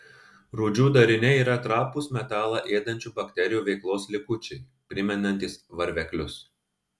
rūdžių dariniai yra trapūs metalą ėdančių bakterijų veiklos likučiai primenantys varveklius